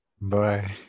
Bye